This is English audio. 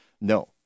no